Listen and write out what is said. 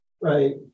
right